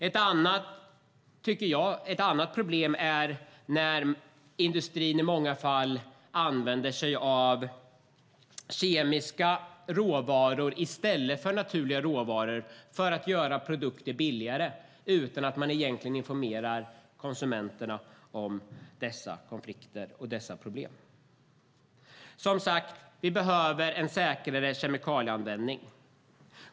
Ett annat problem är när industrin i många fall använder sig av kemiska råvaror i stället för naturliga råvaror för att göra produkter billigare utan att egentligen informera konsumenterna om dessa konflikter och problem. Vi behöver som sagt en säkrare kemikalieanvändning.